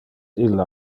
illa